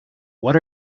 what